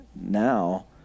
now